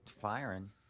firing